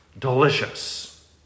delicious